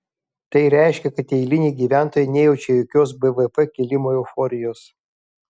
tai reiškia kad eiliniai gyventojai nejaučia jokios bvp kilimo euforijos